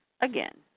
again